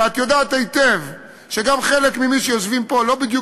ואת יודעת היטב שגם חלק ממי שיושבים פה לא בדיוק